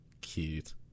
Cute